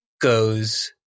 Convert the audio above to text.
goes